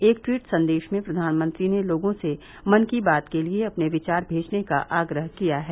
एक ट्वीट संदेश में प्रधानमंत्री ने लोगों से मन की बात के लिए अपने विचार भेजने का आग्रह किया है